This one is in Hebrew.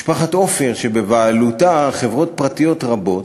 משפחת עופר, שבבעלותה חברות פרטיות רבות,